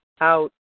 out